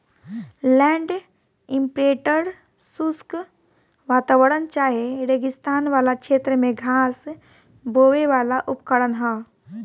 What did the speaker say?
land imprinter शुष्क वातावरण चाहे रेगिस्तान वाला क्षेत्र में घास बोवेवाला उपकरण ह